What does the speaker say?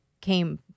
came